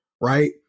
right